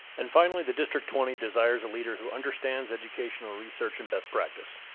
and finally, the district twenty desires a leader who understands educational research and best practice.